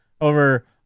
over